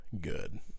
good